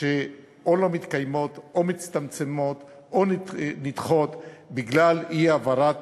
שלא מתקיימות, מצטמצמות או נדחות בגלל אי-העברת